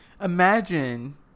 Imagine